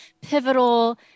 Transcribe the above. pivotal